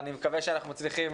אני מקווה שאנחנו מצליחים